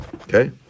okay